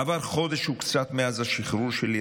עבר חודש וקצת מאז השחרור שלי,